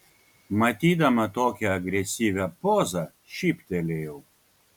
matydama tokią agresyvią pozą šyptelėjau